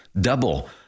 Double